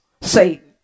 Satan